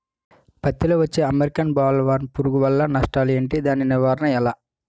పత్తి లో వచ్చే అమెరికన్ బోల్వర్మ్ పురుగు వల్ల నష్టాలు ఏంటి? దాని నివారణ ఎలా?